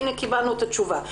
הנה קיבלנו את התשובה.